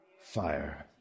fire